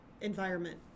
environment